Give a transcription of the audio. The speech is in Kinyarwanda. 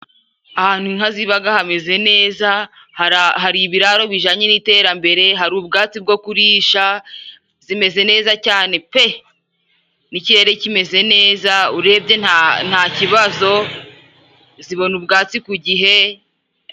Ahantu inka ziba hameze neza, hari ibiraro bijyanye ni iterambere, hari ubwatsi bwo kurisha zimeze neza cyane pe! ikirere kimeze neza urebye nta kibazo zibona ubwatsi ku gihe.